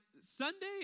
Sunday